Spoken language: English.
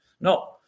No